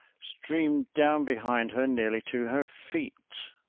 streamed down behind her nearly to her feet.